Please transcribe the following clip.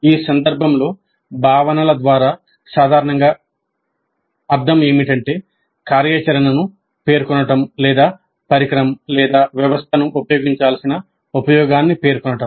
ఈ సందర్భంలో భావనల ద్వారా సాధారణంగా అర్థం ఏమిటంటే కార్యాచరణను పేర్కొనడం లేదా పరికరం లేదా వ్యవస్థను ఉపయోగించాల్సిన ఉపయోగాన్ని పేర్కొనడం